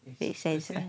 make sense right